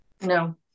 No